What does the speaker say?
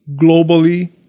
globally